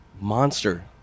Monster